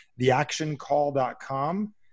theactioncall.com